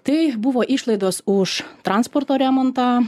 tai buvo išlaidos už transporto remontą